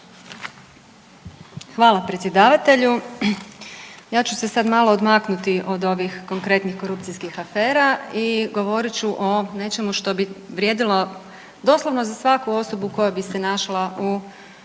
Hvala predsjedavatelju. Ja ću se sad malo odmaknuti od ovih konkretnih korupcijskih afera i govorit ću o nečemu što bi vrijedilo doslovno za svaku osobu koja bi se našla u